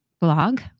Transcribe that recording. blog